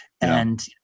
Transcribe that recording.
and-